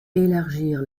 élargir